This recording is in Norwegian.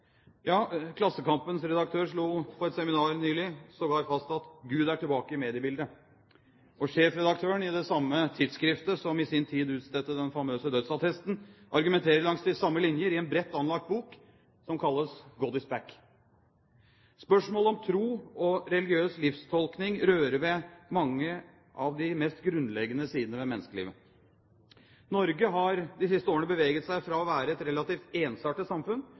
Ja, Klassekampens redaktør slo på et seminar nylig sågar fast at «Gud er tilbake i mediebildet». Og sjefredaktøren i det samme tidsskriftet som i sin tid utstedte den famøse dødsattesten, argumenterer langs de samme linjer i en bredt anlagt bok som kalles «God is back». Spørsmålet om tro og religiøs livstolkning rører ved mange av de mest grunnleggende sidene ved menneskelivet. Norge har i de siste årene beveget seg fra å være et relativt ensartet samfunn